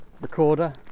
recorder